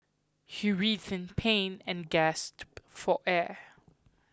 he writhed in pain and gasped for air